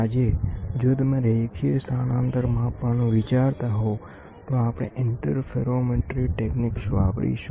આજે જો તમે રેખીય સ્થાનાંતર માપવાનું વિચારતા હોવ તો આપણે ઇન્ટરફેરોમેટ્રી તકનીક વાપરીશું